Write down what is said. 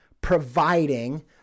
providing